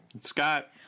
Scott